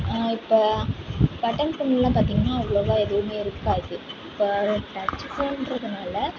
இப்போ பட்டன் செல்லுலலாம் பார்த்திங்கனா அவ்வளவா எதுவும் இருக்காது இப்போ டச் ஃபோனுன்றதினால